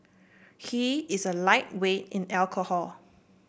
he is a lightweight in alcohol